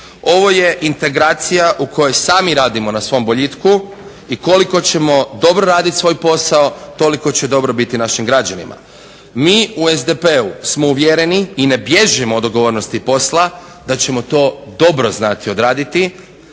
Ovo je integracija u kojoj sami radimo na svom boljitku i koliko ćemo dobro raditi svoj posao toliko će dobro biti našim građanima. Mi u SDP-u smo uvjereni i ne bježimo od odgovornosti posla da ćemo to dobro znati odraditi